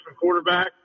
quarterback